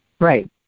right